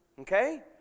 Okay